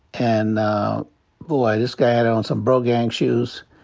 and, boy, this guy had on some brogan shoes.